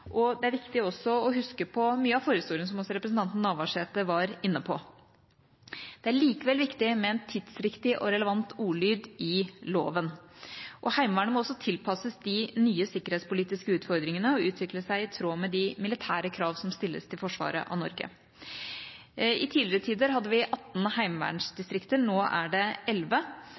og det er viktig også å huske på mye av forhistorien, som også representanten Navarsete var inne på. Det er likevel viktig med en tidsriktig og relevant ordlyd i loven, og Heimevernet må også tilpasses de nye sikkerhetspolitiske utfordringene og utvikle seg i tråd med de militære krav som stilles til forsvaret av Norge. I tidligere tider hadde vi 18 heimevernsdistrikter. Nå er det